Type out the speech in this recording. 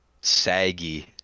Saggy